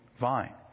vine